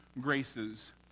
graces